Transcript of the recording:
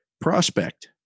prospect